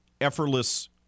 effortless